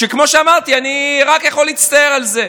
כמו שאמרתי, אני רק יכול להצטער על זה.